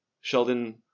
Sheldon